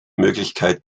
möglichkeit